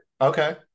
Okay